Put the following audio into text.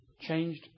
changed